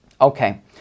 okay